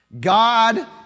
God